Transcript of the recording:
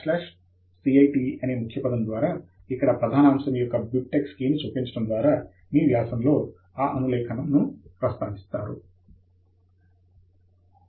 cite అనే ముఖ్యపదం ద్వారా ఇక్కడ ప్రధాన అంశము యొక్క బిబ్ టెక్స్ కీని చొప్పించడం ద్వారా మీ వ్యాసములో ఆ అనులేఖనము ను ప్రస్తావిస్తారు